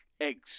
Eggs